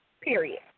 Period